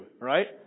right